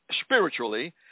spiritually